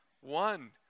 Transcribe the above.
one